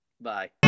Bye